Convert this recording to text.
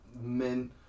men